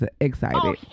excited